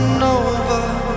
over